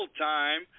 time